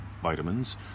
vitamins